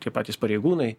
tie patys pareigūnai